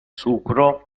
sucro